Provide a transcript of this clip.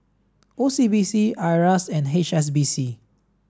O C B C IRAS and H S B C